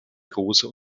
großer